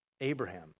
Abraham